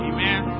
Amen